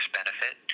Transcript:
benefit